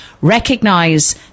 recognise